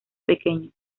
pequeños